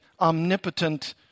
omnipotent